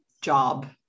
job